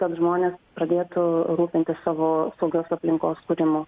kad žmonės pradėtų rūpintis savo saugios aplinkos kūrimu